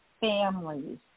families